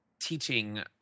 teaching